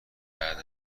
بعد